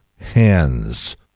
hands